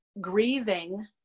grieving